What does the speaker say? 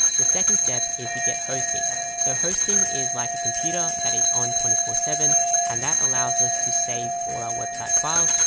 the second step is to get hosting so hosting is like a computer that is on twenty four seven and that allows us to save all our website files,